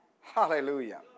Hallelujah